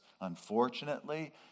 Unfortunately